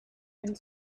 and